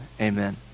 amen